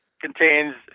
contains